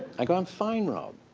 i go, i'm fine, rob.